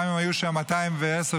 גם אם הם היו שם 210 שנים,